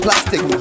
Plastic